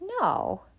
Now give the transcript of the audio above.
No